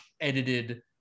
edited